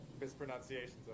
mispronunciations